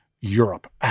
Europe